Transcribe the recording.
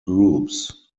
groups